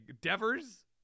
Devers